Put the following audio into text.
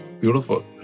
Beautiful